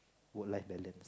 work life balance